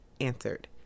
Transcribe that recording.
answered